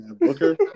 Booker